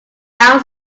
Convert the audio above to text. down